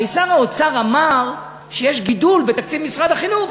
הרי שר האוצר אמר שיש גידול בתקציב משרד החינוך